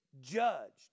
judged